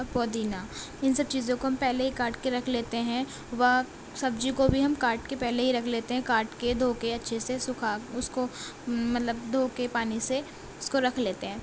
پودینہ ان سب چیزوں کو ہم پہلے ہی کاٹ کے رکھ لیتے ہیں و سبزی کو بھی ہم کاٹ کے پہلے ہی رکھ لیتے ہیں کاٹ کے دھو کےاچھے سے سکھا اس کو مطلب دھو کے پانی سے اس کو رکھ لیتے ہیں